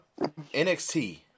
NXT